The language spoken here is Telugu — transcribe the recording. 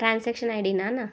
ట్రాన్సెక్షన్ ఐడినా అన్నా